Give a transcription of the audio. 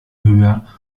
höher